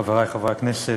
חברי חברי הכנסת,